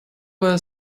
were